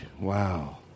Wow